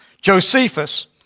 Josephus